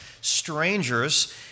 strangers